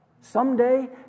Someday